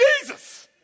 Jesus